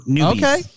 Okay